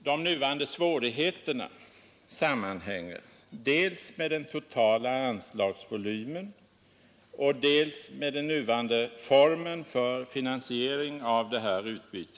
De nuvarande svårigheterna sammanhänger dels med den totala anslagsvolymen och dels med den nuvarande formen för finansiering av detta utbyte.